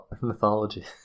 mythology